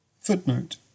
Footnote